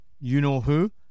you-know-who